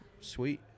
Sweet